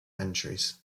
entries